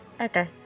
Okay